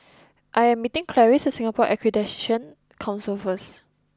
I am meeting Clarice at Singapore Accreditation Council first